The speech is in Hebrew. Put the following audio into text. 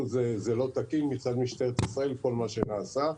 זה לא תקין מצד משטרת ישראל כל מה שנעשה.